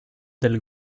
del